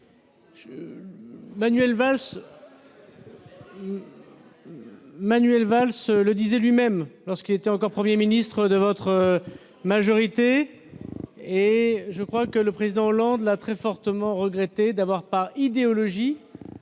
Manuel Valls le disait lui-même lorsqu'il était encore Premier ministre, et je crois que le président Hollande a fortement regretté d'avoir, par idéologie,